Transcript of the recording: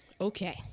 Okay